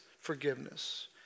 forgiveness